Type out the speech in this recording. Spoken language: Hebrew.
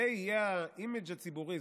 זה יהיה ה-image הציבורי,